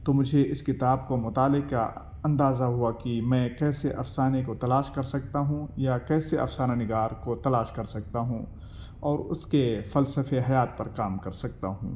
تو مجھے اس کتاب کو مطالعہ کا اندازہ ہوا کہ میں کیسے افسانے کو تلاش کر سکتا ہوں یا کیسے افسانہ نگار کو تلاش کر سکتا ہوں اور اس کے فلسفہ حیات پر کام کر سکتا ہوں